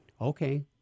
Okay